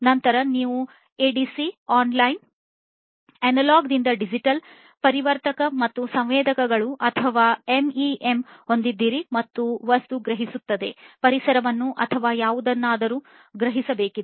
ನಂತರ ನೀವು ADC analogue ದಿಂದ ಡಿಜಿಟಲ್ ಪರಿವರ್ತಕ ಮತ್ತು ಸಂವೇದಕಗಳು ಅಥವಾ ಎಂಇಎಂಗಳನ್ನು ಹೊಂದಿದ್ದೀರಿ ಅದು ವಸ್ತು ಗ್ರಹಿಸುತ್ತದೆ ಪರಿಸರವನ್ನು ಅಥವಾ ಯಾವುದನ್ನಾದರೂ ಗ್ರಹಿಸಬೇಕಿದೆ